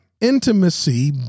Intimacy